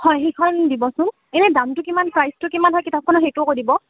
হয় সিখন দিবচোন এনেই দামটো কিমান প্ৰাইছটো কিমান হয় কিতাপখনৰ সেইটোও কৈ দিব